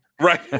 right